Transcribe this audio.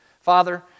Father